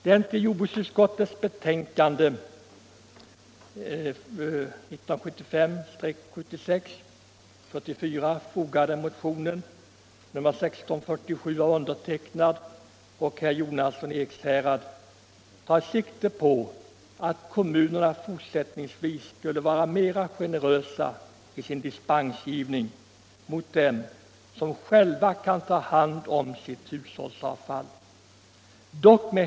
Den i jordbruksutskottets betänkande 1975/76:44 behandlade motionen 1647 av mig och herr Jonasson tar sikte på att kommunerna fortsättningsvis i sin dispensgivning skall vara mera gencrösa mot dem som själva kan ta hand om sitt hushållsavfall.